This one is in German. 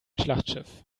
schlachtschiff